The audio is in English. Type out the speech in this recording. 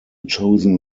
chosen